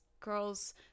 girls